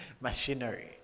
machinery